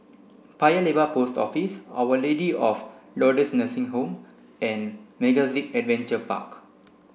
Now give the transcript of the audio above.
Paya Lebar Post Office Our Lady of Lourdes Nursing Home and MegaZip Adventure Park